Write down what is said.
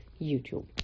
YouTube